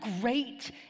great